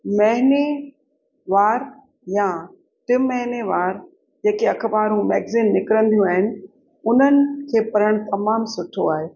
महीनेवार या तिमहिनेवार जेके अख़बारूं मैगज़िन निकिरंदियूं आहिनि उन्हनि खे पढ़ण तमामु सुठो आहे